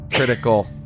Critical